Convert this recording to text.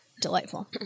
delightful